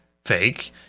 fake